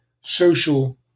social